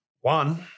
One